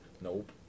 Nope